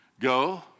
go